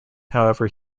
however